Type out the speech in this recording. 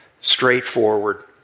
straightforward